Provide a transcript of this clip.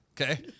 Okay